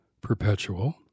perpetual